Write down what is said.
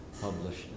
published